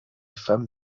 femmes